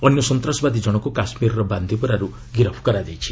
ଅନ୍ୟ ସନ୍ତ୍ରାସବାଦୀ ଜଣକୁ କାଶ୍ମୀରର ବାନ୍ଦିପୋରାରୁ ଗିରଫ କରାଯାଇଛି